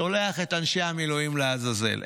הוא שולח את אנשי המילואים לעזאזל.